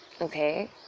okay